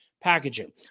Packaging